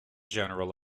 general